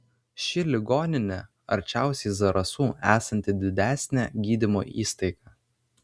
ši ligoninė arčiausiai zarasų esanti didesnė gydymo įstaiga